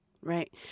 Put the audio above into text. Right